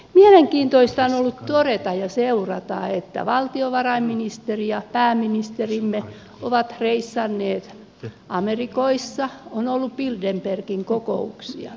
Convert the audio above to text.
mielenkiintoista on ollut todeta ja seurata että valtiovarainministeri ja pääministerimme ovat reissanneet amerikoissa on ollut bilderbergin kokouksia